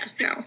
no